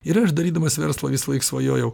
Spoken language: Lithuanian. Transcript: ir aš darydamas verslą visąlaik svajojau